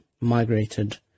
migrated